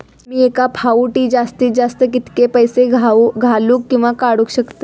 मी एका फाउटी जास्तीत जास्त कितके पैसे घालूक किवा काडूक शकतय?